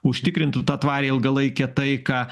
užtikrintų tą tvarią ilgalaikę taiką